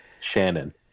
Shannon